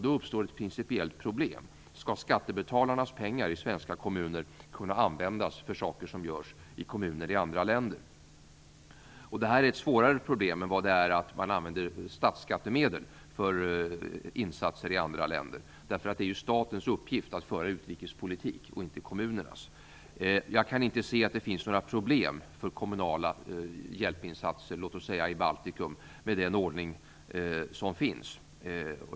Då uppstår ett principiellt problem: Skall skattebetalarnas pengar i svenska kommuner kunna användas för saker som görs i kommuner i andra länder? Det här är ett svårare problem än det är att man använder statsskattemedel för insatser i andra länder. Det är ju statens uppgift att föra utrikespolitik och inte kommunernas. Jag kan inte se att det finns några problem för kommunala hjälpinsatser, låt oss säga i Baltikum, med den ordning som gäller.